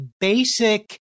basic